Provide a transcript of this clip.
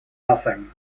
nothing